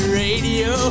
radio